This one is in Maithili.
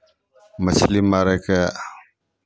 मछली मारयके